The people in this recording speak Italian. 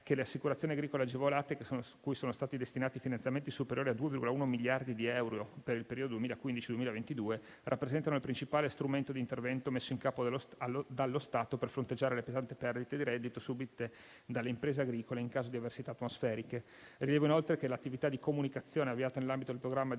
che le assicurazioni agricole agevolate, cui sono stati destinati finanziamenti superiori a 2,1 miliardi di euro per il periodo 2015-2022, rappresentano il principale strumento di intervento messo in campo dallo Stato per fronteggiare le pesanti perdite di reddito subite dalle imprese agricole in caso di avversità atmosferiche. Rilevo inoltre che l'attività di comunicazione avviata nell'ambito del programma di